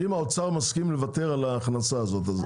אם האוצר מסכים לוותר על ההכנסה הזאת,